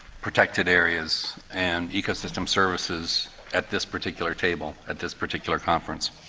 protected areas and ecosystem services at this particular table at this particular conference?